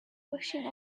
rushing